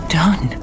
done